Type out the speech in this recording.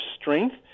strength